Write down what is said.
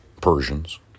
Persians